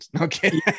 Okay